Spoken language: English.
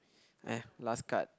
uh last card